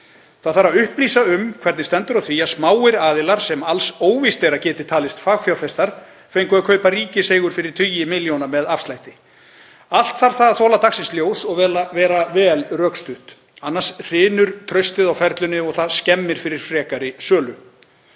Það þarf að upplýsa um hvernig stendur á því að smáir aðilar, sem alls óvíst er að geti talist fagfjárfestar, fengu að kaupa ríkiseigur fyrir tugi milljóna með afslætti. Allt þarf það að þola dagsins ljós og vera vel rökstutt, annars hrynur traustið á ferlinu og það skemmir fyrir frekari sölu.